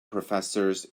professors